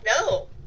no